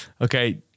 okay